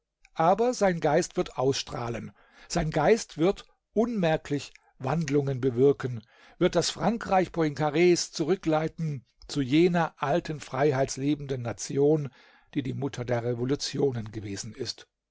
aber sein geist wird ausstrahlen sein geist wird unmerklich wandlungen bewirken wird das frankreich poincars zurückleiten zu jener alten freiheitsliebenden nation die die mutter der revolutionen gewesen ist